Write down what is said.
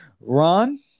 Ron